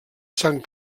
sant